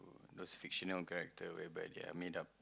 those fictional characters whereby they are made up